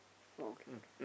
oh okay okay